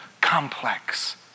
complex